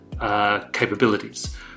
capabilities